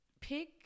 Pick